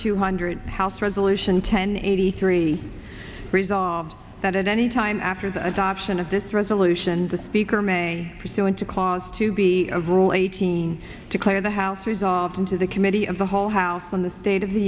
two hundred house resolution ten eighty three resolved that at any time after the adoption of this resolution the speaker may pursuant to clause to be of rule eighteen to claim to have resolved into the committee of the whole house on the state of the